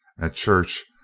at church,